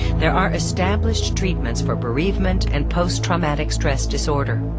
there are established treatments for bereavement and posttraumatic stress disorder.